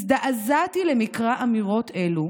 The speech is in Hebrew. הזדעזעתי למקרא אמירות אלו,